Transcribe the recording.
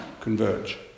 converge